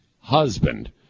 husband